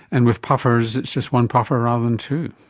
and with puffers it's just one puffer rather than two.